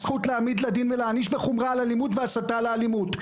הזכות להעמיד לדין ולהעניש בחומרה על אלימות והסתה לאלימות.